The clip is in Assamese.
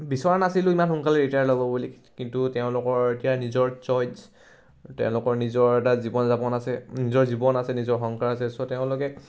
বিচৰা নাছিলোঁ ইমান সোনকালে ৰিটায়াৰ ল'ব বুলি কিন্তু তেওঁলোকৰ এতিয়া নিজৰ চইচ তেওঁলোকৰ নিজৰ এটা জীৱন যাপন আছে নিজৰ জীৱন আছে নিজৰ সংসাৰ আছে চ' তেওঁলোকে